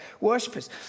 worshippers